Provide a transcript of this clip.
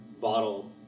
bottle